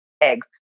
eggs